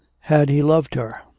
had he loved her?